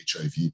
HIV